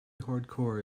hardcore